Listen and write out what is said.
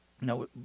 No